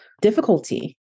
difficulty